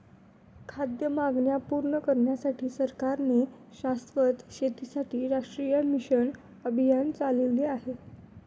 खाद्य मागण्या पूर्ण करण्यासाठी सरकारने शाश्वत शेतीसाठी राष्ट्रीय मिशन अभियान चालविले आहे